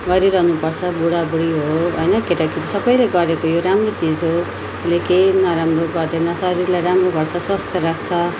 गरिरहनु पर्छ बुढाबुढी होस् केटा केटी सबैले गरेको यो राम्रो चिज हो यसले केही नराम्रो गर्दैन शरीरलाई राम्रो गर्छ स्वस्थ्य राख्छ